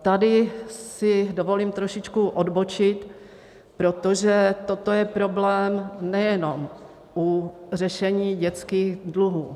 Tady si dovolím trošičku odbočit, protože toto je problém nejenom u řešení dětských dluhů.